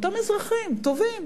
מאותם אזרחים טובים